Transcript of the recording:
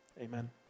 Amen